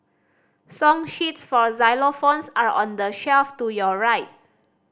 song sheets for xylophones are on the shelf to your right